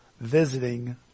visiting